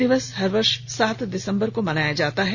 यह दिवस हर वर्ष सात दिसम्बर को मनाया जाता है